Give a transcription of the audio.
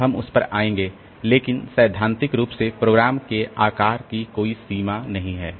तो हम उस पर आएंगे लेकिन सैद्धांतिक रूप से प्रोग्राम के आकार की कोई सीमा नहीं है